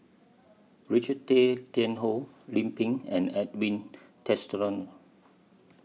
Richard Tay Tian Hoe Lim Pin and Edwin Tessensohn